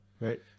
right